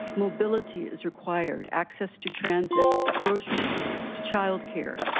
mobility is required, access to transit, grocery stores to childcare,